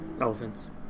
Elephants